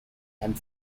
and